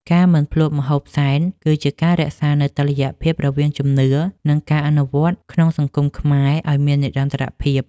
ការមិនភ្លក្សម្ហូបសែន គឺជាការរក្សានូវតុល្យភាពរវាងជំនឿ និងការអនុវត្តក្នុងសង្គមខ្មែរឱ្យមាននិរន្តរភាព។